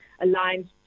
aligned